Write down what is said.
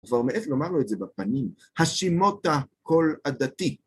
כבר מעז לומר לו את זה בפנים, השימות הקול הדתי.